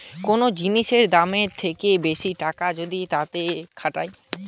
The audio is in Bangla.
কোন জিনিসের দামের থেকে বেশি টাকা যদি তাতে খাটায়